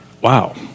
wow